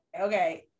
Okay